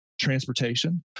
transportation